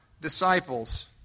disciples